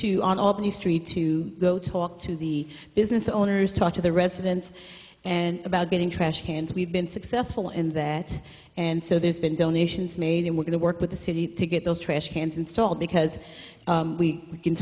on albany street to go talk to the business owners talk to the residents and about getting trash cans we've been successful in that and so there's been donations made and we're going to work with the city to get those trash cans installed because